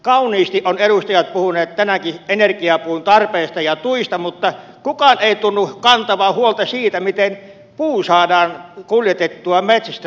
kauniisti ovat edustajat puhuneet tänäänkin energiapuun tarpeesta ja tuista mutta kukaan ei tunnu kantavan huolta siitä miten puu saadaan kuljetettua metsästä teollisuuden käyttöön